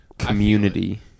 Community